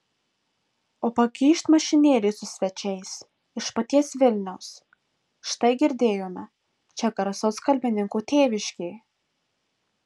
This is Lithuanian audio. o pakyšt mašinėlė su svečiais iš paties vilniaus štai girdėjome čia garsaus kalbininko tėviškė